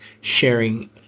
sharing